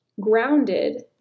grounded